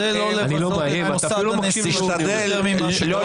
אני לא מאיים, אתה אפילו לא מקשיב למה שאני אומר.